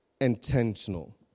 intentional